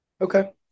Okay